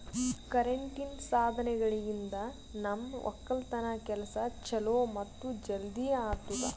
ಕರೆಂಟಿನ್ ಸಾಧನಗಳಿಂದ್ ನಮ್ ಒಕ್ಕಲತನ್ ಕೆಲಸಾ ಛಲೋ ಮತ್ತ ಜಲ್ದಿ ಆತುದಾ